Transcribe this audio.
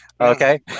Okay